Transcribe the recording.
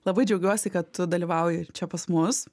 labai džiaugiuosi kad tu dalyvauji čia pas mus